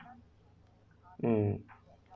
um